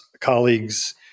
colleagues